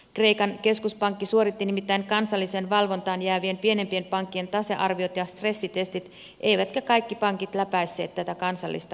kreikan keskuspankki suoritti nimittäin kansalliseen valvontaan jäävien pienempien pankkien tasearviot ja stressitestit eivätkä kaikki pankit läpäisseet tätä kansallista arviota